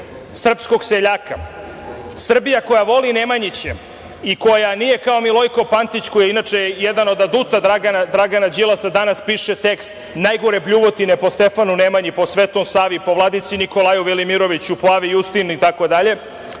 srpskog seljaka, Srbija koja voli Nemanjiće i koja nije kao Milojko Pantić, koji je inače jedan od aduta Dragana Đilasa, danas piše tekst, najgore bljuvotine po Stefanu Nemanji, po Svetom Savi, po vladici Nikolaju Velimiroviču, po Avi Justin, itd,